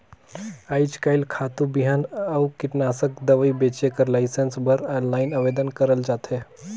आएज काएल खातू, बीहन अउ कीटनासक दवई बेंचे कर लाइसेंस बर आनलाईन आवेदन करल जाथे